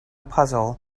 puzzle